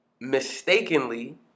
mistakenly